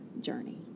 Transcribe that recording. journey